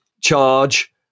charge